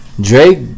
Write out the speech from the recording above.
Drake